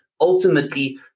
ultimately